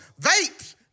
vapes